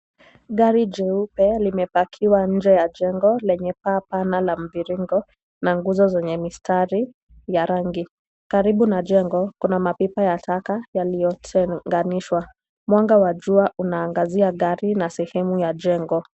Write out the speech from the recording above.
Gari jeupe limepakiwa nje ya jengo, lenye paa pana la mviringo na nguzo zenye mistari ya rangi. Karibu na jengo, kuna mapipa ya taka yaliyotenganishwa. Mwanga wa jua unaangazia gari na sehemu ya jengo.